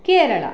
Kerala